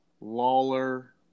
Lawler